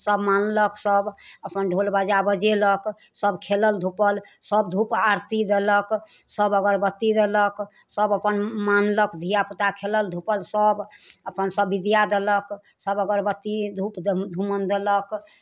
सब मानलक सब अपन ढोल बाजा बजेलक सब खेलल धूपल सब धुप आरती देलक सब अगरबत्ती देलक सब अपन मानलक धियापुता खेलल धूपल सब अपन सब विद्या देलक सब अगरबत्ती धुप धुमन देलक